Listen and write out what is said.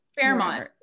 Fairmont